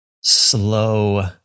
slow